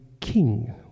king